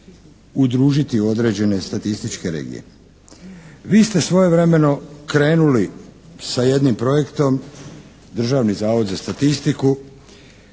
udružiti u određene statističke regije. Vi ste svojevremeno krenuli sa jednim projektom Državni zavod za statistiku